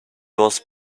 was